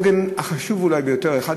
העוגן החשוב ביותר אולי,